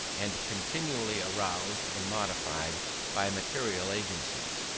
and continually aroused and modified by material agencies.